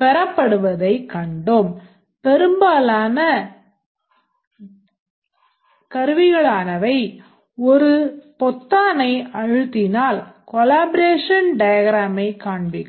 பெறப்படுவதைக் கண்டோம் பெரும்பாலான கருவிகளானவை ஒரு பொத்தானை அழுத்தினால் collaboration diagramமைக் காண்பிக்கும்